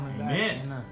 Amen